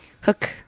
Hook